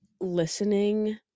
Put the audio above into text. listening